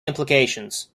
implications